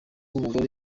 w’umugore